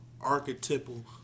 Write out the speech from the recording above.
archetypal